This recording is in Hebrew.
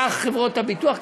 כך חברות הביטוח,